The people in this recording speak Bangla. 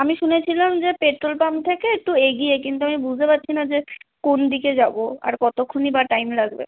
আমি শুনেছিলাম যে পেট্টোল পাম্প থেকে একটু এগিয়ে কিন্তু আমি বুঝতে পারছি না যে কোন দিকে যাবো আর কতক্ষণই বা টাইম লাগবে